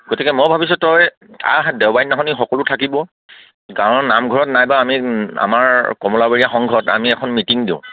গতিকে মই ভাবিছোঁ আহ তই দেওবাৰৰ দিনাখনে সকলো থাকিব গাঁৱৰ নামঘৰত নাইবা আমি আমাৰ কমলাবৰীয়া সংঘত আমি এখন মিটিং দিওঁ